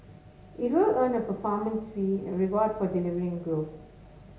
it will earn a performance fee a reward for delivering growth